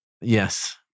Yes